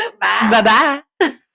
Bye-bye